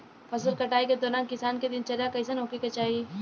फसल कटाई के दौरान किसान क दिनचर्या कईसन होखे के चाही?